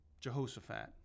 Jehoshaphat